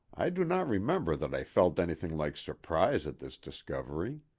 i do not remember that i felt anything like surprise at this discovery.